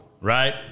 right